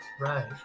Right